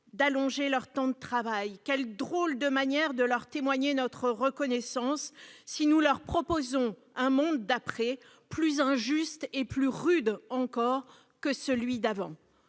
d'allonger leur temps de travail. Quelle drôle de manière de leur témoigner notre reconnaissance que de leur proposer un monde d'après plus injuste et plus rude encore que celui d'avant